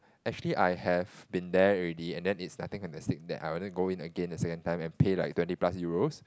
actually I have been there already and then is nothing fantastic that I want to go in again the second time and pay twenty plus Euros